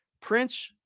Prince